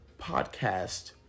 podcast